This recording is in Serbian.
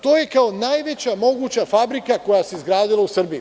To je kao najveća moguća fabrika koja se izgradila u Srbiji.